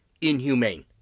inhumane